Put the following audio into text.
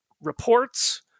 reports